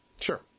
Sure